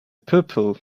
purple